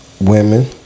Women